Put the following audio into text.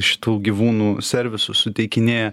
šitų gyvūnų servisų suteikinėja